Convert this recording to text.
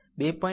5 ની બરાબર છે